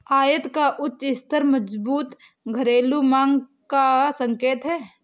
आयात का उच्च स्तर मजबूत घरेलू मांग का संकेत है